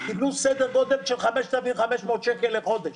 קיבלו סדר גודל של 5,500 שקל לחודש.